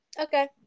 Okay